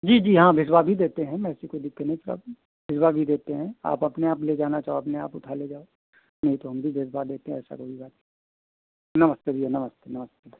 जी जी हाँ भिजवा भी देते हैं मैं ऐसी कोई दिक़्क़त नहीं थोड़ा भिजवा भी देते हैं आप अपने आप ले जाना चाहो अपने आप उठा ले जाओ नहीं तो हम भी भिजवा देते हैं ऐसा कोई बात नमस्ते भैया नमस्ते नमस्ते